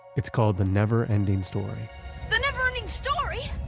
it's called the neverending story the neverending story?